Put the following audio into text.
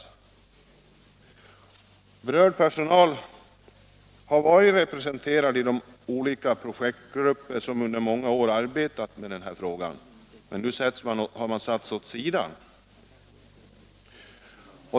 Den berörda personalen har varit representerad i de olika projektgrupper som under många år arbetat med frågan om den nya terminalen, men nu har man satts åt sidan.